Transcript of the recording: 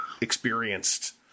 experienced